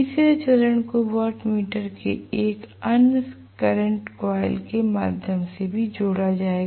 तीसरे चरण को वाट मीटर के एक अन्य करंट कॉइल के माध्यम से भी जोड़ा जाएगा